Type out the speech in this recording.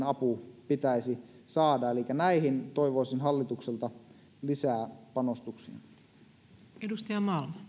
apu pitäisi saada elikkä näihin toivoisin hallitukselta lisää panostuksia arvoisa